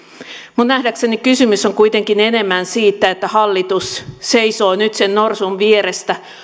minun nähdäkseni kysymys on kuitenkin enemmän siitä että hallitus seisoo nyt sen norsun vieressä